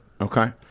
okay